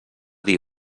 dir